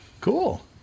Cool